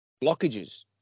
blockages